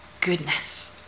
goodness